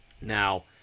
Now